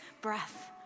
breath